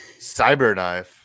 Cyberknife